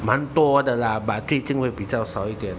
蛮多的啦 but 定金会比较少一点